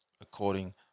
according